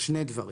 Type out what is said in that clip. שני דברים.